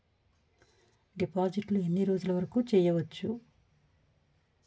డిపాజిట్లు ఎన్ని రోజులు వరుకు చెయ్యవచ్చు?